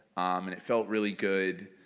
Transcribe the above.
and it felt really good.